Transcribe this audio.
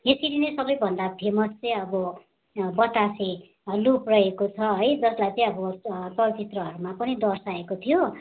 यसरी नै सबैभन्दा फेमस चाहिँ अब बतासे लुप रहेको छ है जसलाई चाहिँ अब चलचित्रहरूमा पनि दर्शाएको थियो